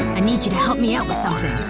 need you to help me out with something